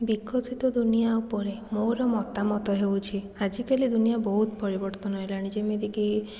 ବିକଶିତ ଦୁନିଆ ଉପରେ ମୋର ମତାମତ ହେଉଛି ଆଜିକାଲି ଦୁନିଆ ବହୁତ ପରିବର୍ତ୍ତନ ହେଲାଣି ଯେମିତିକି